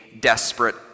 desperate